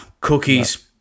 Cookies